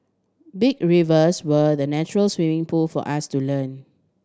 big rivers were the natural swimming pool for us to learn